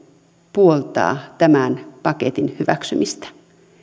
puoltaa tämän paketin hyväksymistä